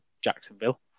Jacksonville